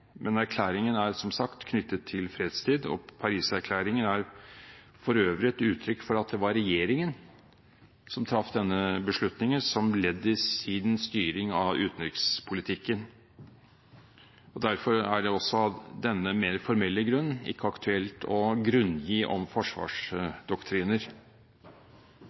men erklæringen er som sagt knyttet til fredstid, og Paris-erklæringen er for øvrig et uttrykk for at det var regjeringen som traff denne beslutningen, som ledd i sin styring av utenrikspolitikken. Derfor er det også av denne mer formelle grunn ikke aktuelt å grunngi om forsvarsdoktriner.